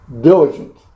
diligent